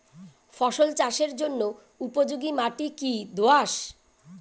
ফসল চাষের জন্য উপযোগি মাটি কী দোআঁশ?